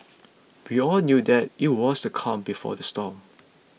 we all knew that it was the calm before the storm